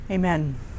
Amen